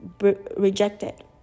rejected